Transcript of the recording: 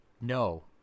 No